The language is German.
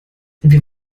wir